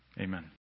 Amen